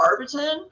Arbiton